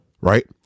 right